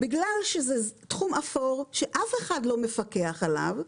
בגלל שזה תחום אפור שאף אחד לא מפקח עליו,